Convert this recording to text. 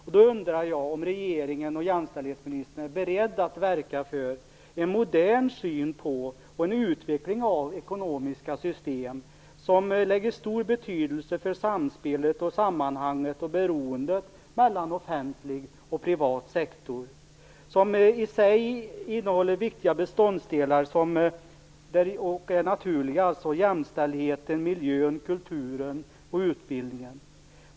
Då undrar jag om regeringen och jämställdhetsministern är beredd att verka för en modern syn på och en utveckling av ekonomiska system som lägger stor vikt vid samspelet, sammanhanget och beroendet mellan offentlig och privat sektor, som i sig innehåller viktiga naturliga beståndsdelar som jämställdheten, miljön, kulturen och utbildningen.